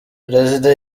perezida